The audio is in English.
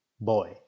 boy